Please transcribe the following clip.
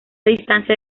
distancia